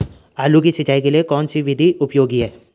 आलू की सिंचाई के लिए कौन सी विधि उपयोगी है?